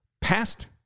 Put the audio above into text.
past